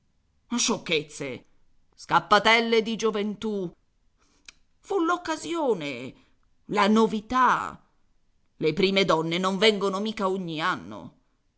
sciocchezze scappatelle di gioventù fu l'occasione la novità le prime donne non vengono mica ogni anno